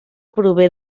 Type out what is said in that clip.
prové